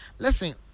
Listen